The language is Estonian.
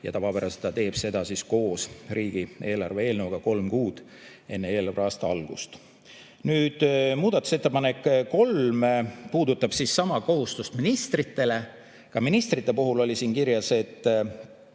ja tavapäraselt ta teeb seda koos riigieelarve eelnõuga kolm kuud enne eelarveaasta algust. Muudatusettepanek nr 3 puudutab sama kohustust ministrite suhtes. Ka ministrite puhul oli siin kirjas, et